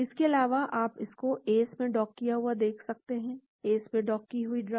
इसके अलावा आप इस को ACE में डॉक किया हुआ देख सकते हैं ACE में डॉक की गई ड्रग